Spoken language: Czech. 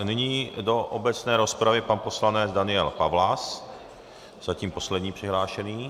Nyní do obecné rozpravy pan poslanec Daniel Pawlas, zatím poslední přihlášený.